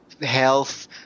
health